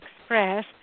express